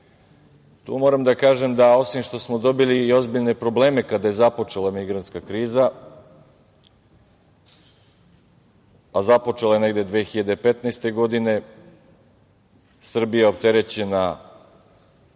moram da kažem da osim što smo dobili i ozbiljne probleme kada je započela migrantska kriza, a započela je negde 2015. godine, Srbija je opterećena